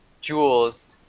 jewels